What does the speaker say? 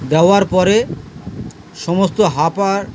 দেওয়ার পরে সমস্ত হাঁপার